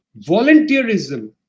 Volunteerism